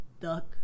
duck